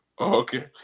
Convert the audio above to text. Okay